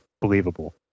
believable